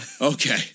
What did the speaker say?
Okay